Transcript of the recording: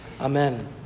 Amen